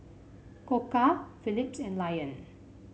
Koka Philips and Lion